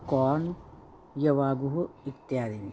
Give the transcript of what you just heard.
corn यवागुः इत्यादीनि